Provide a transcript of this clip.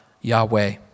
Yahweh